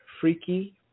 Freaky